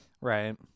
Right